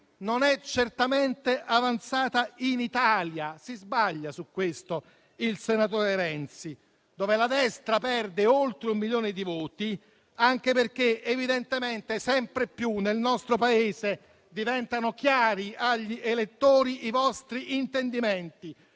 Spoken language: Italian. non è certamente avanzata in Italia (si sbaglia su questo il senatore Renzi), dove la destra perde oltre un milione di voti, anche perché evidentemente sempre più nel nostro Paese diventano chiari agli elettori i vostri intendimenti,